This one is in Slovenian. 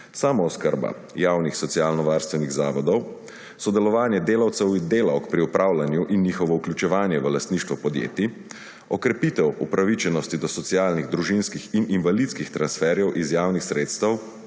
samooskrba javnih socialno varstvenih zavodov, sodelovanje delavcev in delavk pri upravljanju ter njihovo vključevanje v lastništvo podjetij, okrepitev upravičenosti do socialnih, družinskih in invalidskih transferjev iz javnih sredstev